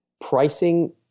pricing